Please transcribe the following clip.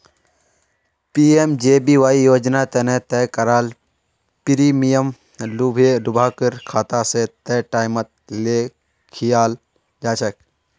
PMJBY योजना तने तय कराल प्रीमियम लाभुकेर खाता स तय टाइमत ले लियाल जाछेक